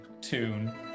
tune